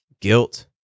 guilt